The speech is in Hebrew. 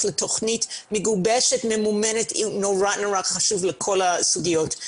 בתוכנית מגובשת וממומנת היא מאוד חשובה לכל הסוגיות.